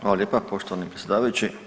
Hvala lijepa poštovani predsjedavajući.